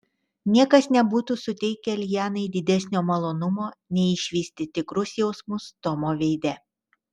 niekas nebūtų suteikę lianai didesnio malonumo nei išvysti tikrus jausmus tomo veide